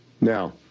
Now